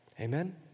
Amen